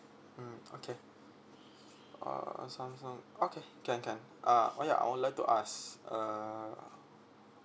mm okay uh samsung okay can can uh oh ya I would like to ask uh